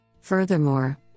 Furthermore